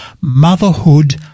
motherhood